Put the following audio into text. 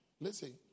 Listen